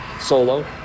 Solo